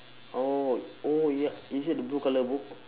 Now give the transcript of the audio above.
orh oh ya is it the blue colour book